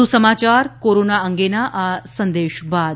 વધુ સમાચાર કોરોના અંગેના આ સંદેશ બાદ